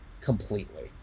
completely